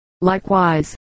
likewise